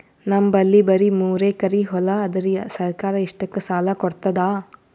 ನಮ್ ಬಲ್ಲಿ ಬರಿ ಮೂರೆಕರಿ ಹೊಲಾ ಅದರಿ, ಸರ್ಕಾರ ಇಷ್ಟಕ್ಕ ಸಾಲಾ ಕೊಡತದಾ?